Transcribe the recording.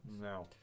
No